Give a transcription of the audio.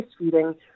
breastfeeding